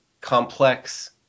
complex